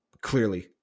clearly